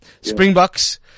Springboks